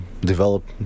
develop